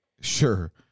Sure